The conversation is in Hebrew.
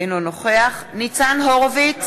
אינו נוכח ניצן הורוביץ,